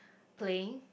playing